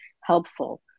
helpful